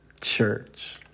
church